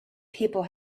people